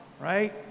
right